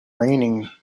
raining